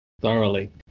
Thoroughly